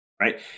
right